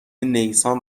نیسان